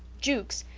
jukes,